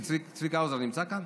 צביקה האוזר נמצא כאן?